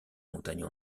montagnes